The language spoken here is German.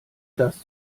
das